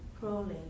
crawling